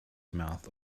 mouth